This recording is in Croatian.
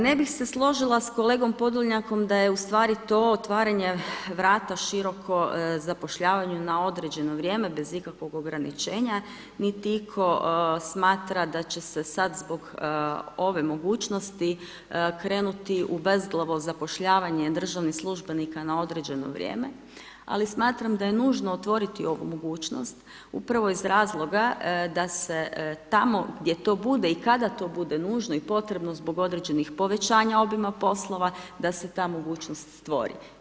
Ne bih se složila s kolegom Podolnjakom da je ustvari to otvaranje vrata široko zapošljavanju na određeno vrijeme bez ikakvog ograničenja niti itko smatra da će se sad zbog ove mogućnosti krenuti u bezglavo zapošljavanje državnih službenika na određeno vrijeme ali smatram da je nužno otvoriti ovu mogućnost upravo iz razloga da se tamo gdje to bude i kada to bude nužno i potrebno zbog određenih povećanja obima poslova da se ta mogućnost stvori.